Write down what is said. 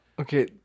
Okay